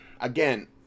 again